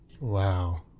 Wow